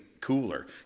cooler